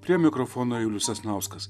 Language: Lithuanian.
prie mikrofono julius sasnauskas